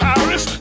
Paris